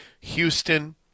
Houston